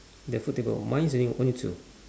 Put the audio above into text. the foot table mine is only only two